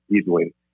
easily